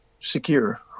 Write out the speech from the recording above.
secure